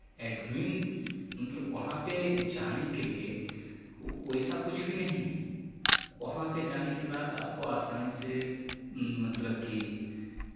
admin मतलब वहाँ पे जाने के लिए वैसा कुछ भी नहीं है वहाँ पे जाने के बाद आपको आसानी से मतलब की